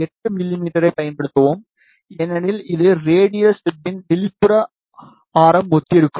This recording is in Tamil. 8 மிமீ பயன்படுத்தவும் ஏனெனில் இது ரேடியல் ஸ்டப்பின் வெளிப்புற ஆரம் ஒத்திருக்கும்